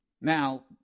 Now